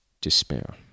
despair